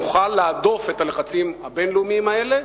נוכל להדוף את הלחצים הבין-לאומיים האלה,